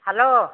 hello